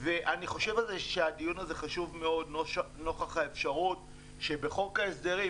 אני חושב על זה שהדיון הזה חשוב מאוד נוכח האפשרות שבחוק ההסדרים,